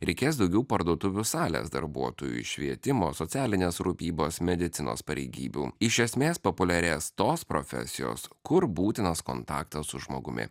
reikės daugiau parduotuvių salės darbuotojų švietimo socialinės rūpybos medicinos pareigybių iš esmės populiarės tos profesijos kur būtinas kontaktas su žmogumi